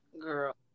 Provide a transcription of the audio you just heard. girl